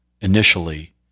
initially